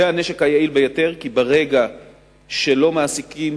זה הנשק היעיל ביותר, כי ברגע שלא מעסיקים